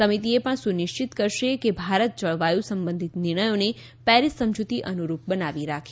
સમિતિએ પણ સુનિશ્ચિત કરશે કે ભારત જળવાયુ સંબંધિત નિર્ણયોને પેરિસ સમજૂતી અનુરૂપ બનાવી રાખે